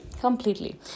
completely